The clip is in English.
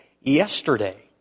yesterday